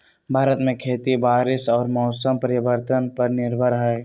भारत में खेती बारिश और मौसम परिवर्तन पर निर्भर हई